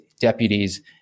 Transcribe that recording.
deputies